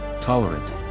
tolerant